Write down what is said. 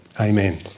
Amen